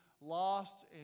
lost